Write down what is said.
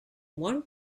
one